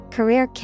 Career